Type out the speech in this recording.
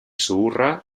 zuhurra